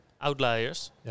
outliers